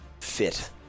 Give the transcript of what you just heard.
fit